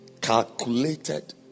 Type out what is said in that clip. calculated